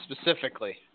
specifically